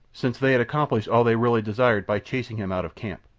since they had accomplished all they really desired by chasing him out of camp.